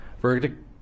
Verdict